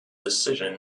decision